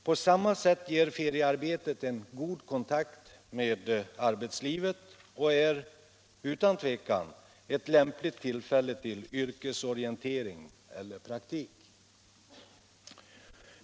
På samma sätt ger feriearbetet en god kontakt med arbetslivet och är, utan tvekan, ett lämpligt tillfälle till yrkesorientering eller praktik.